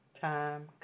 time